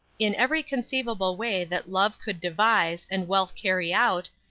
in every conceivable way that love could devise and wealth carry out,